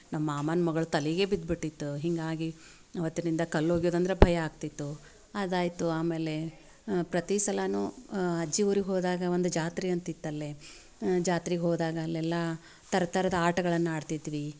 ನಮ್ಮ ಮಾಮನ ಮಗ್ಳ ತಲೆಗೆ ಬಿದ್ಬಿಟ್ಟಿತ್ತು ಹೀಗಾಗಿ ಅವತ್ತಿನಿಂದ ಕಲ್ಲು ಒಗ್ಯೋದು ಅಂದ್ರೆ ಭಯ ಆಗ್ತಿತ್ತು ಅದಾಯಿತು ಆಮೇಲೆ ಪ್ರತಿ ಸಲವೂ ಅಜ್ಜಿ ಊರಿಗೆ ಹೋದಾಗ ಒಂದು ಜಾತ್ರೆ ಅಂತ ಇತ್ತು ಅಲ್ಲಿ ಜಾತ್ರೆಗೆ ಹೋದಾಗ ಅಲ್ಲೆಲ್ಲ ಥರ ಥರದ ಆಟಗಳನ್ನು ಆಡ್ತಿದ್ವಿ